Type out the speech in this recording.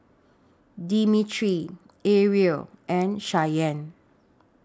Demetri Aria and Shyanne